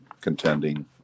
contending